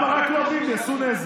גם ה"רק לא ביבי" עשו נזק.